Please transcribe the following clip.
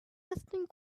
resistant